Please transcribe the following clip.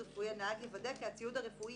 אבל אני אומרת לך את כל הנושא של האחריות,